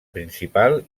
principal